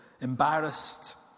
embarrassed